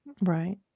Right